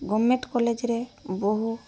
government କଲେଜ୍ରେ ବହୁ